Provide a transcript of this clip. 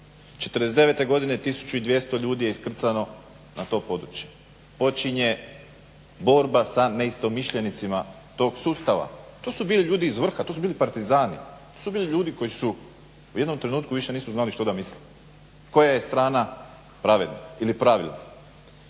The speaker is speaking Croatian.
'49. godine 1200 ljudi je iskrcano na to područje. Počinje borba sa neistomišljenicima tog sustava. To su bili ljudi iz vrha, to su bili partizani, to su bili ljudi koji u jednom trenutku više nisu znali što da misle koja je strana pravedna ili pravilna.